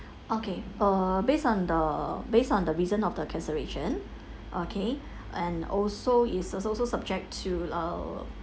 okay err based on the based on the reason of the cancellation okay and also it's also subject to err